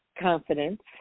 confidence